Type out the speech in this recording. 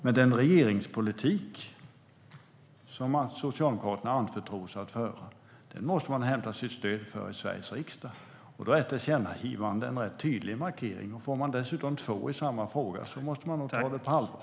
Men den regeringspolitik som Socialdemokraterna anförtros att föra måste man hämta sitt stöd för i Sveriges riksdag. Då är ett tillkännagivande en rätt tydlig markering, och får man dessutom två i samma fråga måste man nog ta det på allvar.